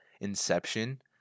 Inception